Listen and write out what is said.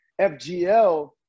FGL